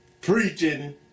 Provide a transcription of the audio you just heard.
Preaching